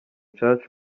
church